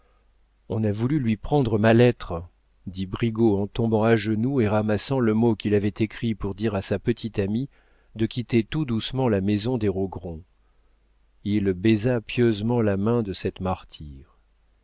on a voulu lui prendre ma lettre dit brigaut en tombant à genoux et ramassant le mot qu'il avait écrit pour dire à sa petite amie de quitter tout doucement la maison des rogron il baisa pieusement la main de cette martyre